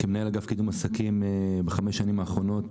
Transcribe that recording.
כמנהל אגף קידום עסקים בחמש השנים האחרונות,